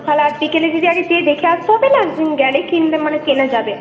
তাহলে আজ বিকেলে দিদি আগে যেয়ে দেখে আসতে হবে না গেলেই কিনতে মানে কেনা যাবে